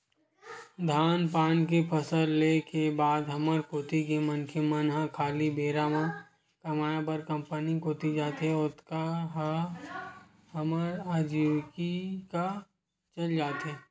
धान पान के फसल ले के बाद हमर कोती के मनखे मन ह खाली बेरा म कमाय बर कंपनी कोती जाथे, ओतका म हमर अजीविका चल जाथे